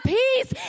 peace